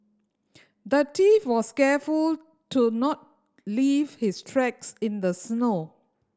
the thief was careful to not leave his tracks in the snow